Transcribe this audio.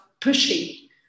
pushing